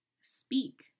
speak